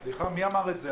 סליחה, מי אמר את זה?